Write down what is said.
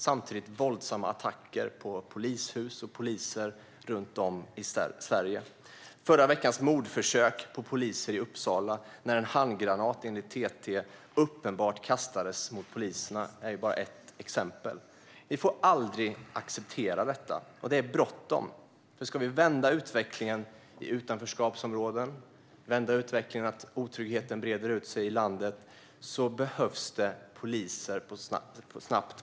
Samtidigt ser vi våldsamma attacker på polishus och poliser runt om i Sverige. Mordförsöket på poliser i Uppsala förra veckan är bara ett exempel. En handgranat kastades uppenbart mot poliserna, enligt TT. Vi får aldrig acceptera detta. Och det är bråttom. Om vi ska vända utvecklingen i utanförskapsområden, vända utvecklingen med att otryggheten breder ut sig i landet behövs det poliser på plats snabbt.